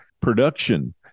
production